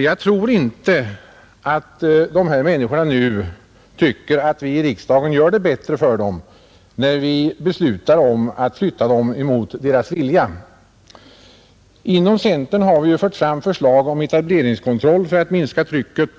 Jag tror inte att dessa människor nu tycker att vi i riksdagen gör det bättre för dem, när vi beslutar att flytta dem mot deras vilja, Inom centern har vi fört fram förslag om etableringskontroll för att minska trycket